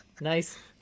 Nice